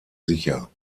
sicher